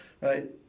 right